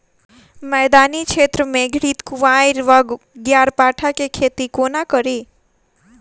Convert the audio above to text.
मैदानी क्षेत्र मे घृतक्वाइर वा ग्यारपाठा केँ खेती कोना कड़ी?